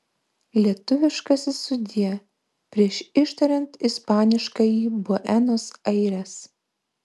lietuviškasis sudie prieš ištariant ispaniškąjį buenos aires